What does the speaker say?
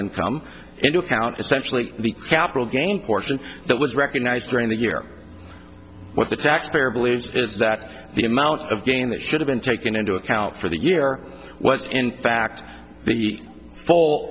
income into account especially the capital gain portion that was recognized during the year what the taxpayer believes is that the amount of game that should have been taken into account for the year was in fact the